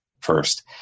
first